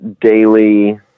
daily